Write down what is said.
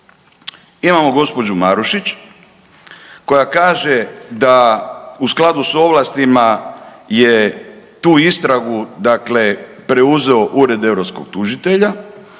imamo gospođu Marušić koja kaže da u skladu s ovlastima je tu istragu preuzeo Ured europskog tužitelja,